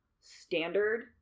standard